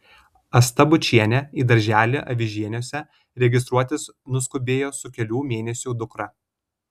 asta bučienė į darželį avižieniuose registruotis nuskubėjo su kelių mėnesių dukra